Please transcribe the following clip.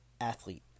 athlete